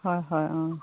হয় হয় অঁ